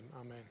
amen